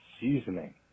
seasoning